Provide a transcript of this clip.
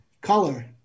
Color